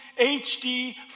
HD